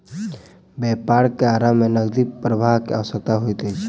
व्यापार के प्रारम्भ में नकदी प्रवाह के आवश्यकता होइत अछि